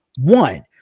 One